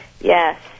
Yes